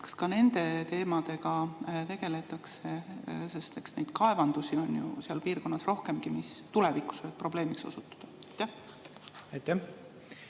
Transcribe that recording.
Kas ka nende teemadega tegeletakse? Eks neid kaevandusi on seal piirkonnas rohkemgi, mis tulevikus võivad probleemiks osutuda. Aitäh!